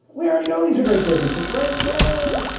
we already know these are great businesses, right? well,